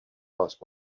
lost